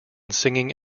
singing